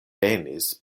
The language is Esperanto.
venis